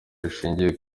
rishingiye